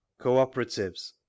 Cooperatives